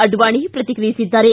ಆಡ್ನಾಣಿ ಪ್ರತಿಕ್ರಿಯಿಸಿದ್ದಾರೆ